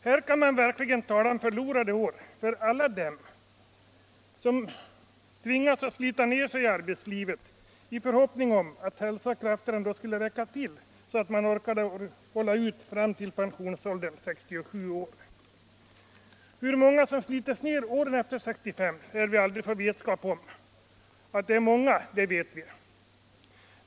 Här kan man verkligen tala om förlorade år för alla dem som tvingats att slita ner sig i arbetslivet i förhoppning om att hälsa och krafter ändå skulle räcka till så att man orkade hålla ut fram till pensionsåldern — 67 år. Hur många som slitits ner under året efter 65 lär vi aldrig få vetskap om -— att de är många det vet vi.